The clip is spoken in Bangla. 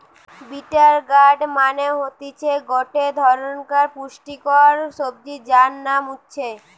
বিটার গার্ড মানে হতিছে গটে ধরণকার পুষ্টিকর সবজি যার নাম উচ্ছে